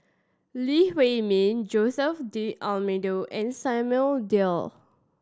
Lee Huei Min Jose D'Almeida and Samuel Dyer